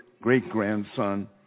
great-grandson